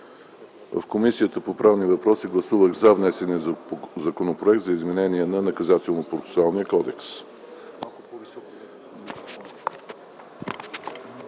В Комисията по правни въпроси гласувах за внесения Законопроект за изменение и допълнение на Наказателно-процесуалния кодекс,